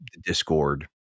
discord